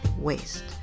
waste